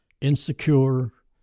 insecure